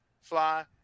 Fly